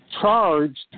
Charged